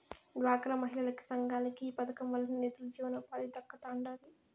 డ్వాక్రా మహిళలకి, సంఘాలకి ఈ పదకం వల్లనే నిదులు, జీవనోపాధి దక్కతండాడి